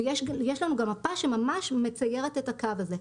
ויש לנו גם מפה שממש מציירת את הקו הזה.